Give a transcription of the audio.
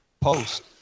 post